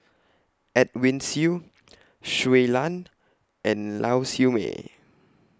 Edwin Siew Shui Lan and Lau Siew Mei